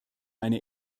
eine